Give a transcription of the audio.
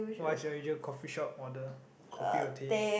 what is your usual coffee shop order kopi or teh